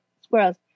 squirrels